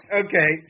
okay